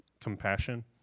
compassion